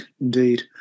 indeed